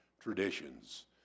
traditions